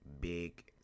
big